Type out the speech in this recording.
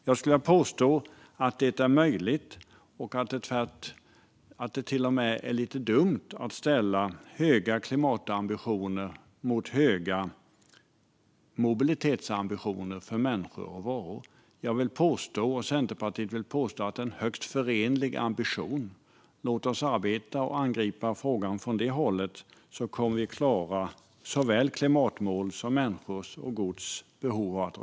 Jag vill påstå att det är möjligt och att det till och med är lite dumt att ställa höga klimatambitioner mot höga mobilitetsambitioner för människor och varor. Jag och Centerpartiet vill påstå att det är högst förenliga ambitioner. Låt oss arbeta och angripa frågan från det hållet! Då kommer vi att klara såväl klimatmål som behovet att flytta människor och gods.